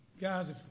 Guys